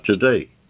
today